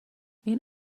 این